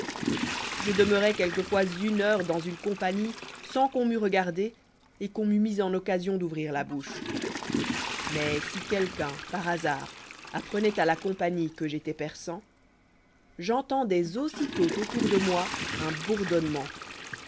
je demeurois quelquefois une heure dans une compagnie sans qu'on m'eût regardé et qu'on m'eût mis en occasion d'ouvrir la bouche mais si quelqu'un par hasard apprenoit à la compagnie que j'étois persan j'entendois aussitôt autour de moi un bourdonnement